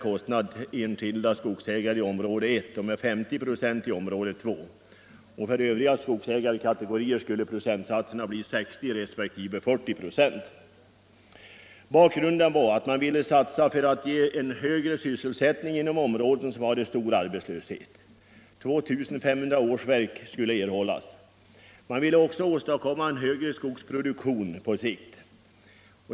Bakgrunden var att man ville göra en satsning för att åstadkomma högre sysselsättning inom områden med stor arbetslöshet. 2 500 årsverk skulle erhållas. Man ville också åstadkomma en högre skogsproduktion på sikt.